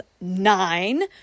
nine